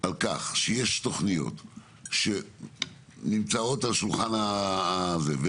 על כך שיש תכניות שנמצאות על השולחן ונעצרות